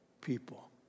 people